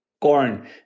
corn